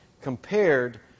compared